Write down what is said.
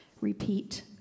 Repeat